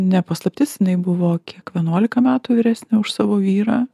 ne paslaptis jinai buvo kiek vienuolika metų vyresnė už savo vyrą